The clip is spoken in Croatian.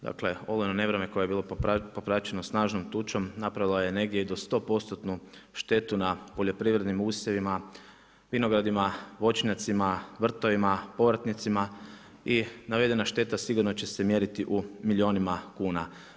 Dakle, ogromno nevrijeme koje je bilo propraćeno snažnom tučom, napravilo je negdje i do 100% štetu na poljoprivrednim usjevima, vinogradima, voćnjacima, vrtovima, povrtnicama i navedena šteta sigurno će se mjeriti u milijunima kuna.